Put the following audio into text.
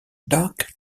dark